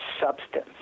substance